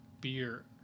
beer